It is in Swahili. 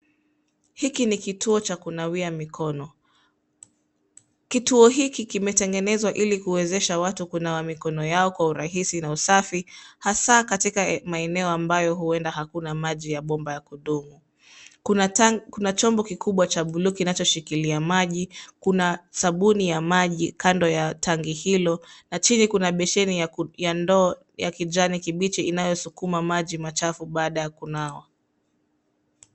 Hiki ni kituo cha kunawia mikono. Kituo hiki kimetengenezwa ili kuwezesha watu kunawa mikono yao kwa urahisi na usafi hasa katika maeneo ambayo huenda hakuna maji ya bomba ya kudumu. Kuna chombo kikubwa cha bluu kinachoshikilia maji. Kuna sabuni ya maji kando ya tanki hilo na chini kuna beseni ya ndoo ya kijani kibichi inayosukuma maji machafu baada ya kunawa.